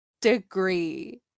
degree